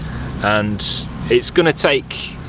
and it's gonna take,